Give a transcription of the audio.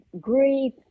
grief